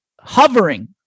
hovering